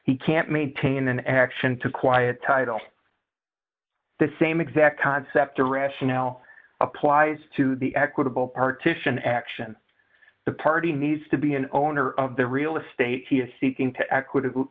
he can't maintain an action to quiet title the same exact concept or rationale applies to the equitable partition action the party needs to be an owner of the real estate he is seeking to equitable